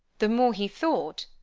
the more he thought,